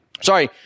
Sorry